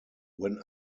when